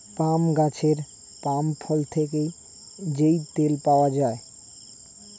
পাম গাছের পাম ফল থেকে যেই তেল পাওয়া যায়